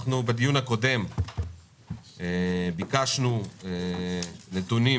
בדיון הקודם ביקשנו נתונים